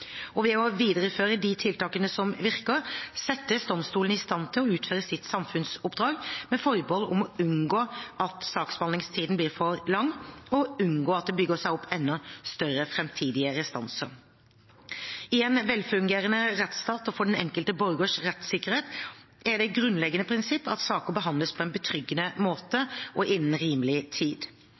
i stand til å utføre sitt samfunnsoppdrag, med formål om å unngå at saksbehandlingstiden blir for lang, og at det bygger seg opp enda større framtidige restanser. I en velfungerende rettsstat og for den enkelte borgers rettssikkerhet er det et grunnleggende prinsipp at saker behandles på en betryggende måte og innen rimelig tid.